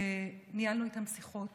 שניהלנו איתם שיחות